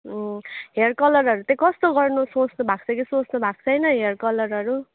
अँ हेयर कलरहरू चाहिँ कस्तो गर्नु सोच्नु भएको छ कि सोच्नु भाएको छैन हेयर कलरहरू